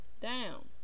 down